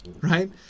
Right